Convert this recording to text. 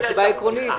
הסיבה העקרונית,